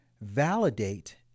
Validate